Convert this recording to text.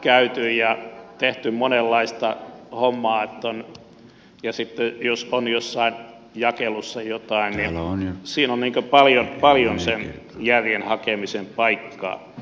käyty ja tehty monenlaista hommaa ja sitten jos on jossain jakelussa jotain niin siinä on paljon sen järjen hakemisen paikkaa